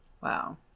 Wow